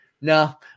no